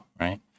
right